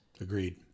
Agreed